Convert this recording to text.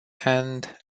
and